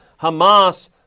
Hamas